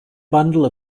bundle